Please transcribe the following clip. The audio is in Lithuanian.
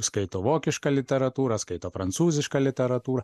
skaito vokišką literatūrą skaito prancūzišką literatūrą